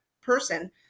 person